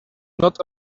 not